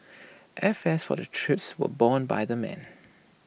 airfares for the trip were borne by the men